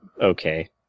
okay